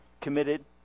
committed